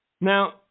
Now